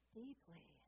deeply